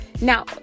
Now